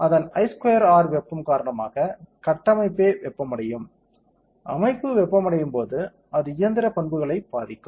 அதன் I square R வெப்பம் காரணமாக கட்டமைப்பே வெப்பமடையும் அமைப்பு வெப்பமடையும் போது அது இயந்திர பண்புகளை பாதிக்கும்